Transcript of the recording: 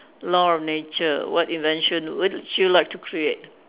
law of nature what invention would would you like to create